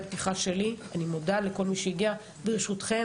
אני מודה לכל מי שהגיע לדיון.